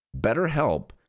BetterHelp